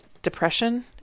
depression